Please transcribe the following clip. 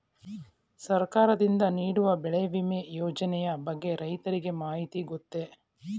ಸರ್ಕಾರದಿಂದ ನೀಡುವ ಬೆಳೆ ವಿಮಾ ಯೋಜನೆಯ ಬಗ್ಗೆ ರೈತರಿಗೆ ಮಾಹಿತಿ ಗೊತ್ತೇ?